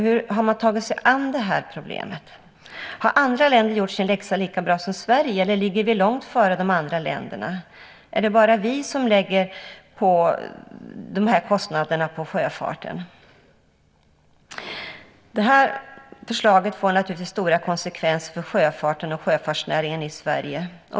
Hur har man tagit sig an det här problemet? Har andra länder gjort sin läxa lika bra som Sverige, eller ligger vi långt före de andra länderna? Är det bara vi som lägger de här kostnaderna på sjöfarten? Det här förslaget får naturligtvis stora konsekvenser för sjöfarten och sjöfartsnäringen i Sverige.